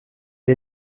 est